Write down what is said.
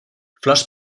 flors